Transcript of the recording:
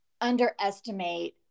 underestimate